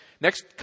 next